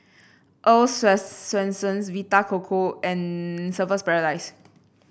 Earl's Swensens Vita Coco and Surfer's Paradise